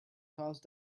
cause